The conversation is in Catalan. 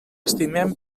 estimem